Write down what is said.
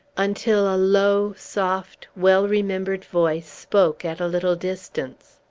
until a low, soft, well-remembered voice spoke, at a little distance.